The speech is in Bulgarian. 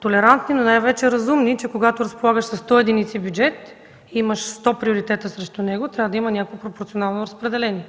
толерантни, но най-вече разумни, че когато разполагаш със 100 единици бюджет и имаш 100 приоритета срещу него, трябва да има някакво пропорционално разпределение.